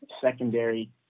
secondary